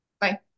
Bye